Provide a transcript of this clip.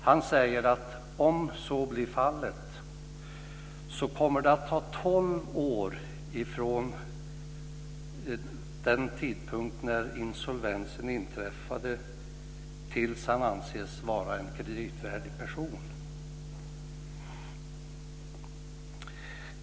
Han säger att om så blir fallet så kommer det att ta tolv år från den tidpunkt då insolvensen inträffade tills han anses vara en kreditvärdig person.